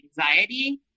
anxiety